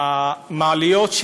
המעליות,